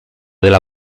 della